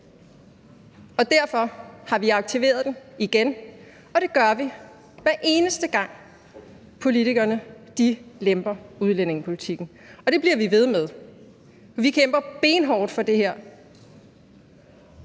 § 42. Vi har aktiveret den igen; det gør vi, hver eneste gang politikerne lemper udlændingepolitikken, og det bliver vi ved med. Vi kæmper benhårdt for det her,